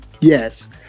Yes